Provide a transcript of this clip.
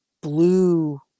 blue